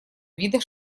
вида